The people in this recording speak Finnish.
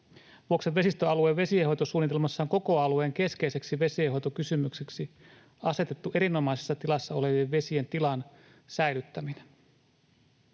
Vuoksen vesistöalueen vesienhoitosuunnitelmassa on koko alueen keskeiseksi vesienhoitokysymykseksi asetettu erinomaisessa tilassa olevien vesien tilan säilyttäminen.